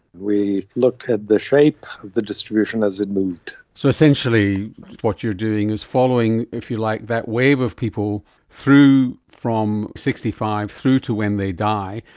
we looked at the shape of the distribution as it moved. so essentially what you're doing is following, if you like, that wave of people through from sixty five through to when they die,